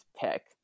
pick